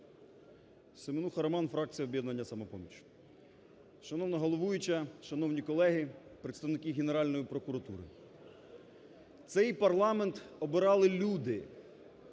Семенуха Роман, фракція "Об'єднання "Самопоміч". Шановна головуюча, шановні колеги! Представники Генеральної прокуратури! Цей парламент обирали люди,